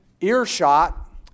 earshot